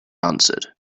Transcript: answered